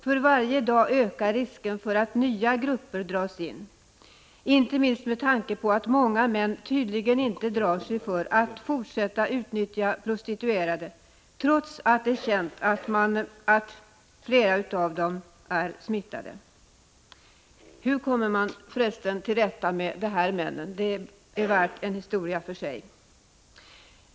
För varje dag ökar risken för att nya grupper dras in — inte minst med tanke på att många män tydligen inte drar sig för att fortsätta att utnyttja prostituerade, trots att det är känt att flera av dessa är smittade. Hur kommer man för resten till rätta med de här männen? Den frågan är värd en historia för sig.